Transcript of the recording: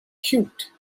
cute